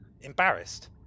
embarrassed